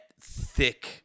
thick